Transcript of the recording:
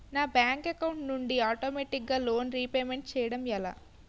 నా bank account నుండి ఆటోమేటిగ్గా లోన్ రీపేమెంట్ చేయడం ఎలా?